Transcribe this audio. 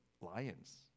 lions